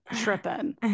tripping